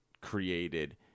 created